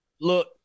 look